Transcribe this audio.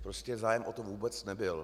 Prostě zájem o to vůbec nebyl.